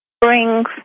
brings